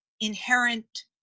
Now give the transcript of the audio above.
inherent